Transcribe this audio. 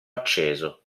acceso